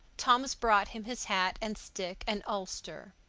thomas brought him his hat and stick and ulster.